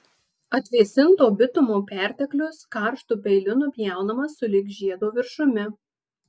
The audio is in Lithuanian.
atvėsinto bitumo perteklius karštu peiliu nupjaunamas sulig žiedo viršumi